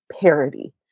parody